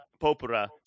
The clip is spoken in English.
Popura